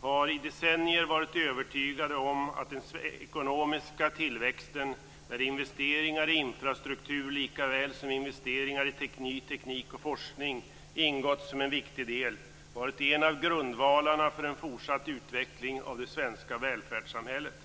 har i decennier varit övertygade om att den ekonomiska tillväxten, där investeringar i infrastruktur likaväl som investeringar i ny teknik och forskning ingått som en viktig del, varit en av grundvalarna för en fortsatt utveckling av det svenska välfärdssamhället.